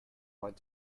want